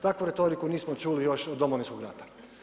Takvu retoriku nismo čuli još od Domovinskog rata.